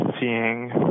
seeing